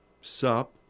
sup